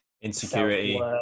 insecurity